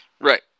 Right